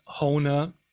Hona